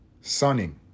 sunning